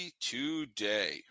today